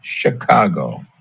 Chicago